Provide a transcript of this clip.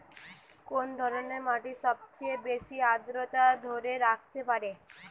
কোন ধরনের মাটি সবচেয়ে বেশি আর্দ্রতা ধরে রাখতে পারে?